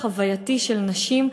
חווייתי של נשים.